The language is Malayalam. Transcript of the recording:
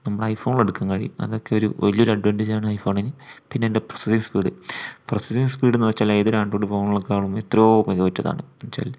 നമ്മുടെ ഐഫോണിൽ എടുക്കാൻ കഴിയും അതൊക്കെ ഒരു വലിയൊരു അഡ്വാൻറ്റേജ് ആണ് ഐഫോണിന് പിന്നെ അതിൻ്റെ പ്രോസസ്സിംഗ് സ്പീഡ് പ്രോസസ്സിംഗ് സ്പീഡ് എന്ന് വെച്ചാൽ ഏതൊരു ആൻഡ്രോയിഡ് ഫോണിനേക്കാളും എത്രയോ മികവുറ്റതാണ് എന്നുവെച്ചാൽ